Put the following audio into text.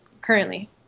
currently